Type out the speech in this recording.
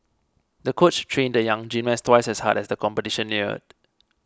the coach trained the young gymnast twice as hard as the competition neared